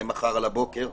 זה מחר על הבוקר?